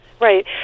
Right